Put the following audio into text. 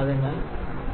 അതിനാൽ